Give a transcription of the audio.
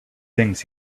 things